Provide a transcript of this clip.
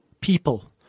people